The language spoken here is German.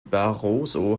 barroso